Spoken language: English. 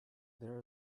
there